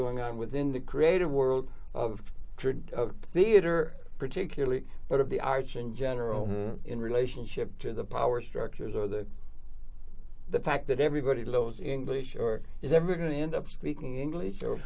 going on within the creative world of trid the iter particularly but of the arts in general in relationship to the power structures or the the fact that everybody lives in english or is ever going to end up speaking english or